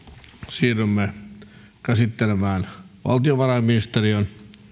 siirrymme käsittelemään valtiovarainministeriön